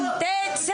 --- לך